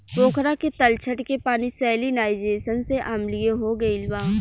पोखरा के तलछट के पानी सैलिनाइज़ेशन से अम्लीय हो गईल बा